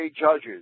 judges